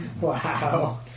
Wow